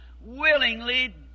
willingly